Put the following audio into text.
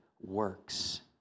works